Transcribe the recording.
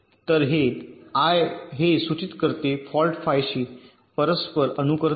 तर i हे सूचित करते फॉल्ट फायशी परस्पर अनुकरण मूल्य